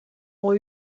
ont